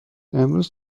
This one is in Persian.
امروز